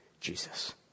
Jesus